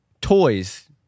toys